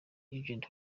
legend